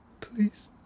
Please